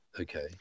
okay